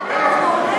מה לא?